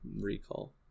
Recall